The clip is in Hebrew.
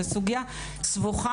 זאת סוגיה סבוכה,